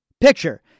picture